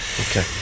Okay